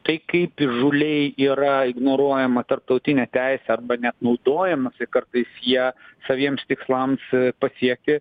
tai kaip įžūliai yra ignoruojama tarptautinė teisė arba net naudojamasi kartais ja saviems tikslams pasiekti